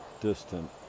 distant